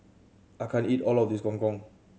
I can't eat all of this Gong Gong